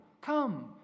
Come